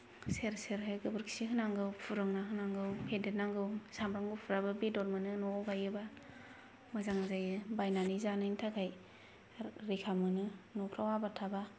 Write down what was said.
सेर सेरहै गोबोरखि होनांगौ फुरुंना होनांगौ फेदेरनांगौ सामब्राम गुफुराबो बेदर मोनो न'आव गायोबा मोजां जायो बायनानै जानायनि थाखाय रैखा मोनो न'फ्राव आबाद थाबा